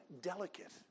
delicate